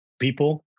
people